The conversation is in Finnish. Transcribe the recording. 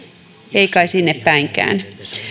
ei kai sinne päinkään